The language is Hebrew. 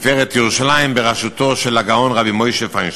"תפארת ירושלים" בראשותו של הגאון רבי משה פיינשטיין.